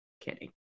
kidding